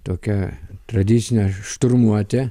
tokią tradicinę šturmuotę